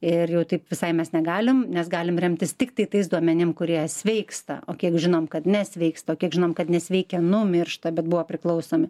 irjau taip visai mes negalim nes galim remtis tiktai tais duomeni kurie sveiksta o kiek žinome kad nesveiksta kiek žinome kad nesveiki numiršta bet buvo priklausomi